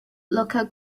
local